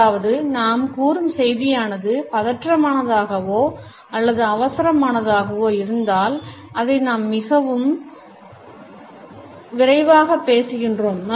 அதாவது நாம் கூறும் செய்தியானது பதற்றமானதாகவோ அல்லது அவசரமானதாகவோ இருந்தால் அதை நாம் மிகவும் விரைவாக பேசுகின்றோம்